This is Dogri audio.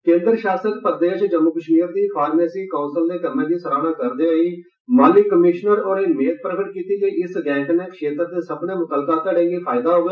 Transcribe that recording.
केन्द्र शासत प्रदेश जम्मू कश्मीर गी फारमेसी काउंसल दे कम्मे दी सराहना करदे होई माली कमीशनर होरें मेद प्रकट कीती जे इस गैं कल्नै क्षेत्र दे सब्बनें म्तलका धड़े गी फायदा होग